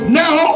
now